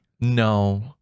No